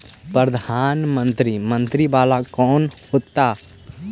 प्रधानमंत्री मंत्री वाला कैसे होता?